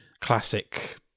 classic